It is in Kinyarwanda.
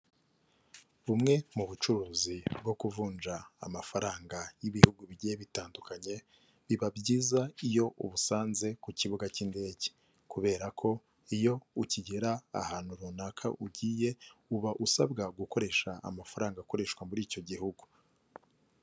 Bumwe mu bucuruzi bwo kuvunja amafaranga y'ibihugu bigiye bitandukanye, biba byiza iyo ubusanze ku kibuga cy'indege kubera ko iyo ukigera ahantu runaka ugiye, uba usabwa gukoresha amafaranga akoreshwa muri icyo gihugu.